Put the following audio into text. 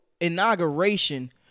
inauguration